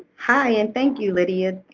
hi. and thank you, lydia.